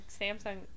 Samsung